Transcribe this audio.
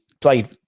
played